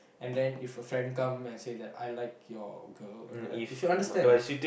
and then if your friend come and say that I like your girl I mean like you should understand